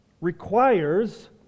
requires